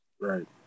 Right